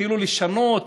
התחילו לשנות,